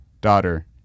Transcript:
Daughter